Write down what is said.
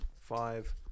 five